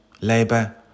Labour